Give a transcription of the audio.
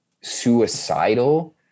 suicidal